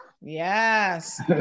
Yes